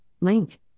link